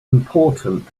important